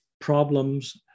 problems